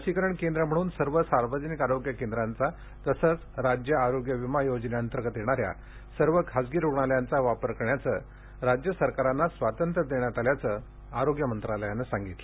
लसीकरण केंद्र म्हणून सर्व सार्वजनिक आरोग्य केंद्रांचा तसंच राज्य आरोग्य विमा योजनेअंतर्गत येणाऱ्या सर्व खासगी रुग्णालयांचा वापर करण्याचं राज्य सरकारांना स्वातंत्र्य देण्यात आल्याचं आरोग्य मंत्रालयानं सांगितलं